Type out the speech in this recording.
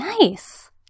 Nice